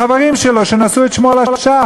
החברים שלו, שנשאו את שמו לשווא.